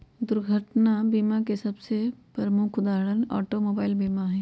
दुर्घटना बीमा के सबसे प्रमुख उदाहरण ऑटोमोबाइल बीमा हइ